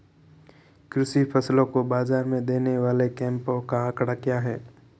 कृषि फसलों को बाज़ार में देने वाले कैंपों का आंकड़ा क्या है?